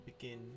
begin